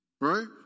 right